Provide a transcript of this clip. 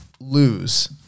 lose